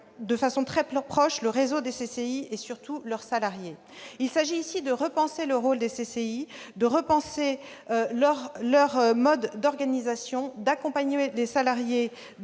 accompagnerons le réseau des CCI et, surtout, leurs salariés. Il s'agit ici de repenser le rôle des CCI et leur mode d'organisation, d'accompagner les salariés